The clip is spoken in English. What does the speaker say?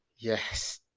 Yes